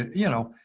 you know,